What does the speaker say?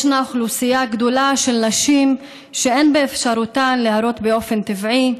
ישנה אוכלוסייה גדולה של נשים שאין באפשרותן להרות באופן טבעי,